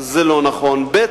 זה לא נכון, ב.